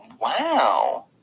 wow